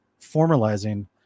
formalizing